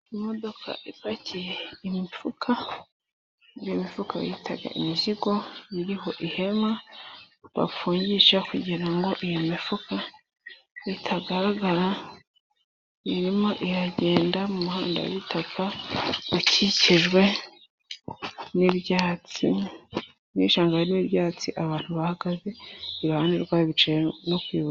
Imodoka ipakiye imifuka ni imifuka bita imizigo iriho ihema bafungisha kugira ngo iyo mifuka itagaragara, irimo iragenda mu muhanda w'itaka ukikijwe n'ibyatsi n'ishyamba ririmo ibyatsi abantu bahagaze iruhande rwa bicaye no kwibu...